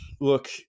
look